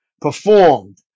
performed